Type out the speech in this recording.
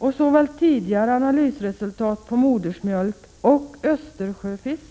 Och såväl tidigare analysresultat på modersmjölk och Östersjöfisk